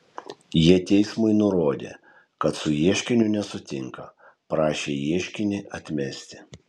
jie teismui nurodė kad su ieškiniu nesutinka prašė ieškinį atmesti